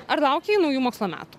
ar laukei naujų mokslo metų